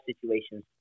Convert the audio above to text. situations